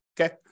Okay